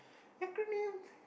acronym